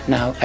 Now